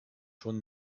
schon